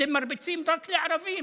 אתם מרביצים רק לערבים,